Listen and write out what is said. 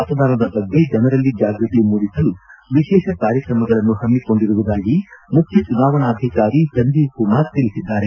ಮತದಾನದ ಬಗ್ಗೆ ಜನರಲ್ಲಿ ಜಾಗೃತಿ ಮೂಡಿಸಲು ವಿಶೇಷ ಕಾರ್ಯಕ್ರಮಗಳನ್ನು ಹಮ್ಮಿಕೊಂಡಿರುವುದಾಗಿ ಮುಖ್ಯ ಚುನಾವಣಾಧಿಕಾರಿ ಸಂಜೀವ್ ಕುಮಾರ್ ತಿಳಿಸಿದ್ದಾರೆ